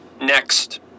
Next